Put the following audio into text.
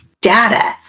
data